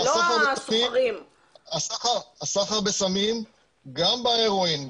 הסחר בסמים גם בהרואין,